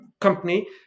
company